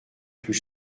plus